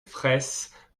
fraysse